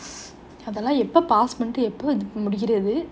அதெல்லாம் எப்போ:athellam eppo pass பண்ணி எப்ப முடிக்கிறது:panni eppo mudikkurathu